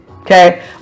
Okay